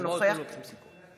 אינו נוכח בהצבעות לא לוקחים סיכון.